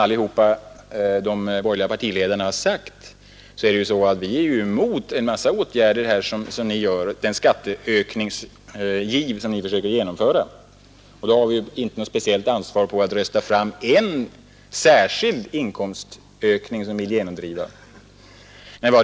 Som de borgerliga partiledarna sagt är vi motståndare till en mängd av de åtgärder som ni föreslår i samband med er skatteökningsgiv. Vi har inte något ansvar för att rösta fram någon särskild av de inkomstökningar som ni vill genomdriva.